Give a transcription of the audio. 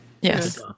yes